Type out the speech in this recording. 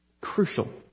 Crucial